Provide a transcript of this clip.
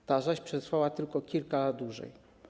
Huta ta przetrwała tylko kilka lat dłużej.